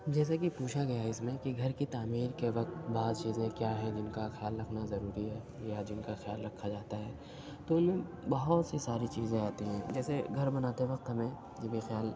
جیسا کہ پوچھا گیا ہے اس میں کہ گھر کی تعمیر کے وقت بعض چیزیں کیا ہیں جن کا خیال رکھنا ضروری ہے یا جن کا خیال رکھا جاتا ہے تو ان میں بہت سی ساری چیزیں آتی ہیں جیسے گھر بناتے وقت ہمیں یہ بھی خیال